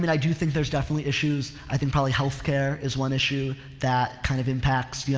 mean, i do think there's definitely issues. i think probably healthcare is one issue that kind of impacts, you know,